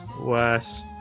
Worse